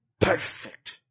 perfect